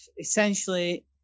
essentially